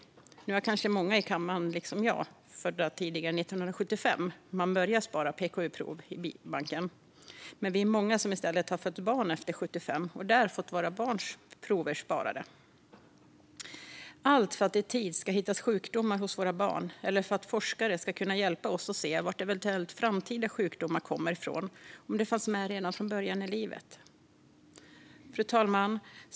Många i kammaren är kanske liksom jag födda tidigare än 1975, då man började spara PKU-proverna i en biobank, men vi är många som i stället har fött barn efter 1975 och fått våra barns prover sparade där. Allt detta görs för att i tid hitta sjukdomar hos våra barn eller för att forskarna ska kunna hjälpa oss att se var eventuella framtida sjukdomar kommer ifrån och om de fanns med redan från början i livet. Fru talman!